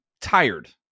tired